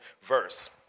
verse